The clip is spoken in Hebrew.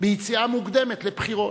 ביציאה מוקדמת לבחירות?